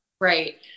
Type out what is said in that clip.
Right